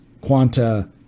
Quanta